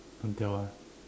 don't tell ah